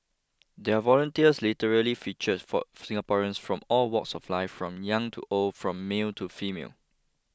their volunteers literally features for Singaporeans from all walks of life from young to old from male to female